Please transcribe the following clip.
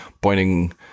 pointing